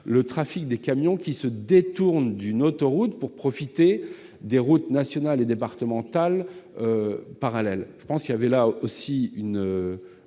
le trafic des camions qui se détournent d'une autoroute pour profiter des routes nationales et départementales parallèles. Je pense que c'est un vrai sujet.